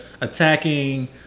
attacking